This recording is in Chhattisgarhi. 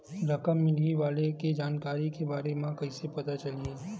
रकम मिलही वाले के जानकारी के बारे मा कइसे पता चलही?